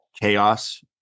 chaos